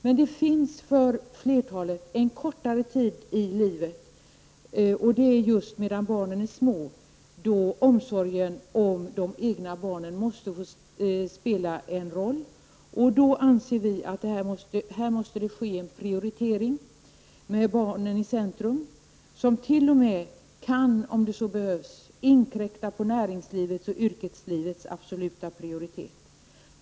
Men för flertalet finns det en kortare tid i livet just när barnen är små då omsorgen om de egna barnen måste få spela en roll. Här anser vi i centern att det måste ske en prioritering med barnen i centrum som t.o.m. kan, om det så behövs, inkräkta på näringslivets och yrkeslivets absoulutaprioritet.